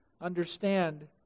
Understand